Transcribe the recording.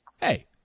hey